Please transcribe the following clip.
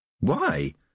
Why